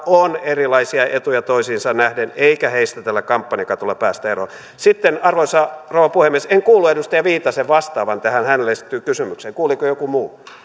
on erilaisia etuja toisiinsa nähden eikä heistä tällä kampanjakatolla päästä eroon sitten arvoisa rouva puhemies en kuullut edustaja viitasen vastaavan tähän hänelle esitettyyn kysymykseen kuuliko joku muu